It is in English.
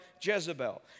Jezebel